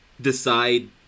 decide